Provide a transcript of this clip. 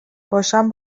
باشم